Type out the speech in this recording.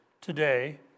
today